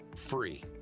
free